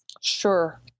Sure